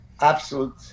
absolute